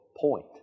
point